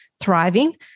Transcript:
thriving